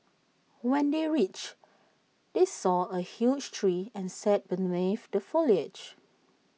when they reached they saw A huge tree and sat beneath the foliage